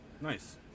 Nice